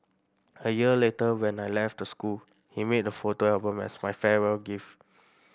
a year later when I left the school he made a photo album as my farewell gift